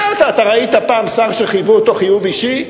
מה, אתה ראית פעם שר שחייבו אותו חיוב אישי?